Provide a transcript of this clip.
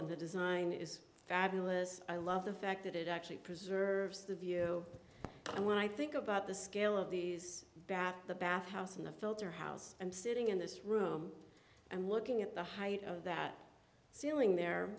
and the design is fabulous i love the fact that it actually preserves the view and when i think about the scale of these back the bathhouse in the filter house i'm sitting in this room and looking at the height of that ceiling there